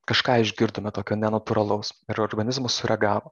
kažką išgirdome tokio nenatūralaus ir organizmas sureagavo